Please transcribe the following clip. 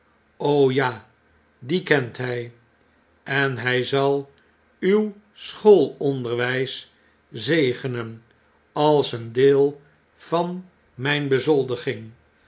ja die kent hy en hy zal uw schoolonderwys zegenen als een deel van myn bezoldiging